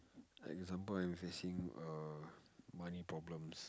like example I'm facing money problems